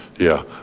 yeah.